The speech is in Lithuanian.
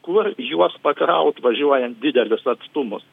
kur juos pakraut važiuojant didelius atstumus